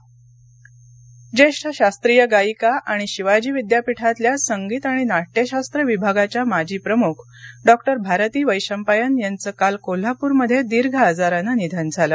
निधन कोल्हापर ज्येष्ठ शास्त्रीय गायिका आणि शिवाजी विद्यापीठातल्या संगीत आणि नाट्यशास्त्र विभागाच्या माजी प्रमुख डॉक्टर भारती वैशंपायन यांचं काल कोल्हाप्रमध्ये दीर्घ आजारानं निधन झालं